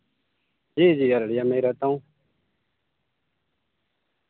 جی جی رڈیا میں ہی رہتا ہوں